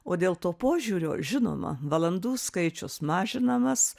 o dėl to požiūrio žinoma valandų skaičius mažinamas